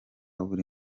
buli